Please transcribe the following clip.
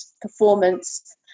performance